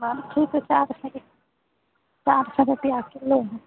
बर्फी तो चार सौ के चार सौ रुपैया किलो है